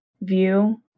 view